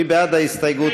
מי בעד ההסתייגות?